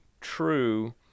true